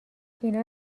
اینا